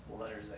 letters